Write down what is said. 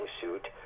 suit